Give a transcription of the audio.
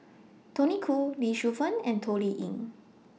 Tony Khoo Lee Shu Fen and Toh Liying